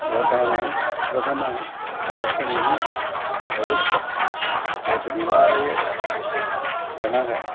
लोकानां प्रथमः कष्टमिति बभुक्षा तत् निवारय जनः